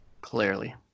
Clearly